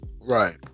right